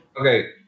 Okay